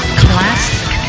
classic